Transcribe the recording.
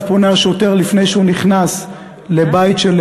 פונה השוטר לפני שהוא נכנס לבית-מגורים.